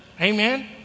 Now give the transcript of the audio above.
Amen